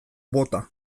bota